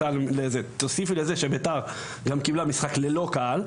תוסיפי זה שבית"ר גם קיבלה משחק ללא קהל,